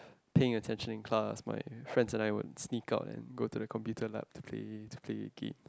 paying attention in class my friend and I would split up and go to the computer lab to play to play game